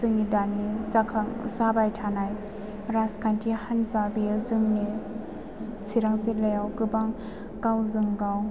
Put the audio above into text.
जोंनि दानि जाबाय थानाय राजखान्थि हान्जा बेयो जोंनि चिरां जिल्लायाव गोबां गावजों गाव